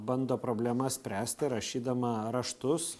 bando problemas spręsti rašydama raštus